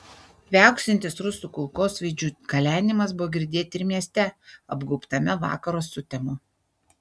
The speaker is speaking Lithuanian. viauksintis rusų kulkosvaidžių kalenimas buvo girdėti ir mieste apgaubtame vakaro sutemų